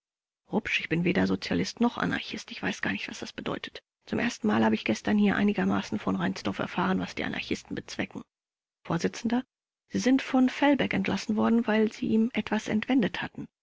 rupsch ich bin weder sozialist noch anarchist ich weiß gar nicht was das bedeutet zum ersten male habe ich gestern hier einigermaßen von reinsdorf erfahren was die anarchisten bezwecken vors sie sind von fellbecker entlassen worden weil sie ihm etwas entwendet hatten